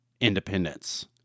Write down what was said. independence